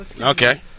Okay